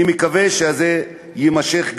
אני מקווה שזה יימשך,